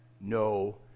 no